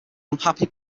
unhappy